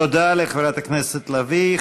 תודה לחברת הכנסת לביא.